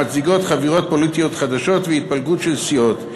המצדיקות חבירות פוליטיות חדשות והתפלגות של סיעות.